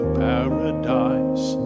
paradise